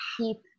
keep